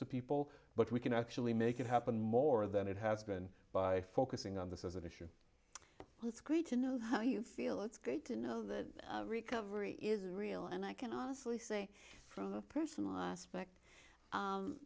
to people but we can actually make it happen more than it has been by focusing on this as an issue well it's great to know how you feel it's great to know that recovery is real and i can honestly say from a personal aspect